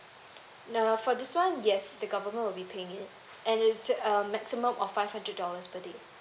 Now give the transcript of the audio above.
nah for this one yes the government will be paying it and it's um maximum of five hundred dollars per day